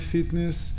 Fitness